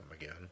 again